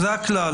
זה הכלל.